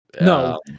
No